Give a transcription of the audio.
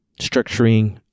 structuring